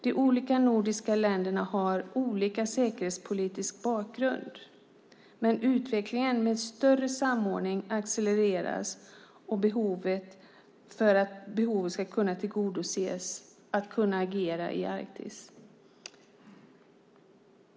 De olika nordiska länderna har olika säkerhetspolitisk bakgrund, men utvecklingen mot större samordning accelereras av behovet av att kunna agera i Arktis.